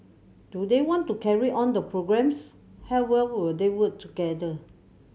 do they want to carry on the programmes how well will they work together